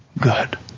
good